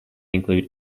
include